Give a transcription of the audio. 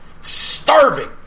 starving